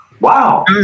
Wow